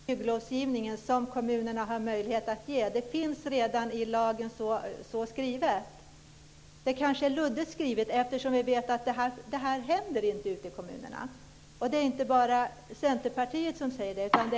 Fru talman! Det handlade om flexibilitet i kommunernas bygglovsgivning. Det finns redan inskrivet i lagen. Den kanske är luddigt skriven. Vi vet att sådant inte händer i kommunerna. Det är inte bara Centerpartiet som säger det.